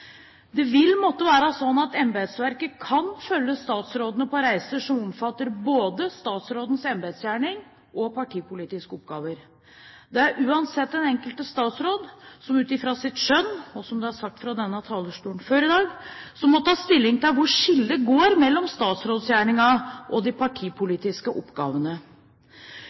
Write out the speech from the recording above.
Det vil måtte være slik at embetsverkt kan følge statsrådene på reiser som omfatter både statsrådens embetsgjerning og partipolitiske oppgaver. Det er uansett den enkelte statsråd som ut fra sitt skjønn – og som det er sagt fra denne talerstolen før i dag – må ta stilling til hvor skillet går mellom statsrådsgjerningen og de partipolitiske oppgavene.